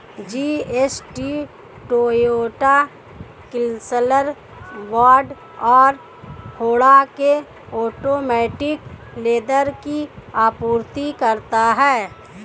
GST Toyota, Chrysler, Ford और Honda के automotive leather की आपूर्ति करता है